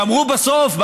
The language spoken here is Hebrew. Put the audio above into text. ואמרו בסוף,